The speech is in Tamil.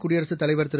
குடியரசுத் தலைவர் திரு